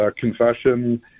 confession